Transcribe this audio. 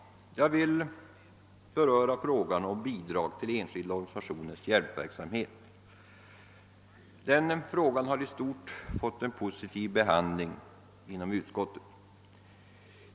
Jag vill beröra frågan om bidrag till enskilda organisationers hjälpverksamhet. Den frågan har i stort fått en positiv behandling inom utskottet.